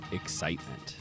excitement